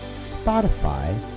Spotify